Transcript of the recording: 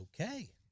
Okay